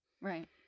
Right